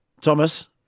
Thomas